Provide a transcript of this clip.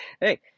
hey